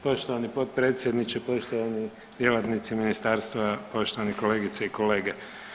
Poštovani potpredsjedniče, poštovani djelatnici ministarstva, poštovane kolegice i kolege.